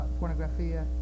Pornografia